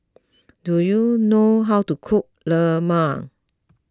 do you know how to cook Lemang